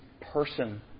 person